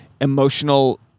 emotional